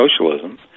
socialism